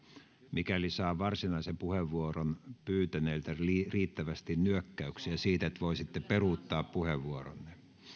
mikäli saan varsinaisen puheenvuoron pyytäneiltä riittävästi nyökkäyksiä siitä että voisitte peruuttaa puheenvuoronne